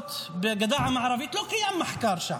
באוניברסיטאות בגדה המערבית, לא קיים מחקר שם.